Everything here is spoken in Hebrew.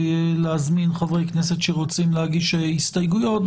להזמין חברי כנסת שרוצים להגיש הסתייגויות,